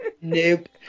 Nope